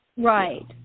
Right